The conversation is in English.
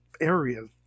areas